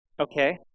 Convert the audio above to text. Okay